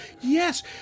Yes